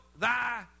thy